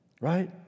right